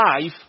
life